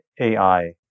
AI